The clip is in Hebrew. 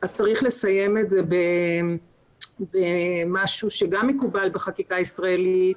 אז צריך לסיים את זה במשהו שגם מקובל בחקיקה הישראלית,